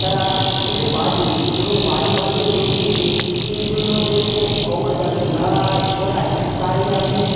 তারা খুবই বাজে এবং বাজেভাবে রটিয়েছে সেই জন্য এরকম খবর যাতে না আর ছড়ায় তারই আমি